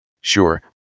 sure